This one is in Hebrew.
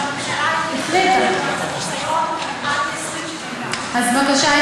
והממשלה החליטה על חיסיון עד 2071. אז בבקשה,